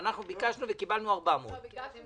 אתה צודק שזה קצת שונה משכירים.